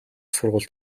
сургууль